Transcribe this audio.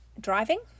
driving